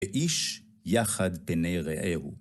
ואיש יחד בני רעהו